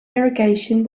irrigation